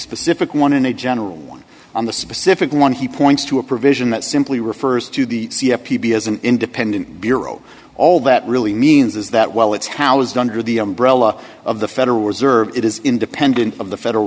specific one in a general one on the specific one he points to a provision that simply refers to the c f p be as an independent bureau all that really means is that while it's housed under the umbrella of the federal reserve it is independent of the federal